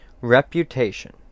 Reputation